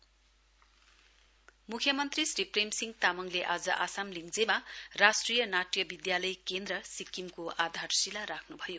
CM मुख्यमन्त्री श्री प्रेमसिंह तामङले आज आसाम लिङजेमा राष्ट्रिय नाट्य विद्यालय केन्द्र सिक्किमको आधारशिला राख्नुभयो